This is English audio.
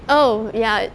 oh ya